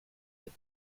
your